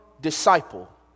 disciple